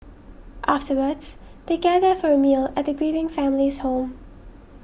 afterwards they gather for a meal at the grieving family's home